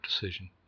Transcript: decision